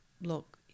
look